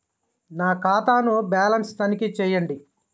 నా ఖాతా ను బ్యాలన్స్ తనిఖీ చేయండి?